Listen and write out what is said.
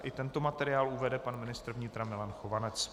I tento materiál uvede pan ministr vnitra Milan Chovanec.